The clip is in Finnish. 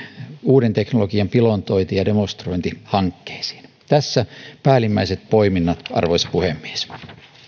uuden teknologian pilotointi ja demonstrointihankkeisiin tässä päällimmäiset poiminnat arvoisa puhemies